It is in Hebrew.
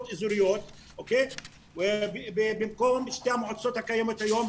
אזוריות במקום שתי המועצות הקיימות היום,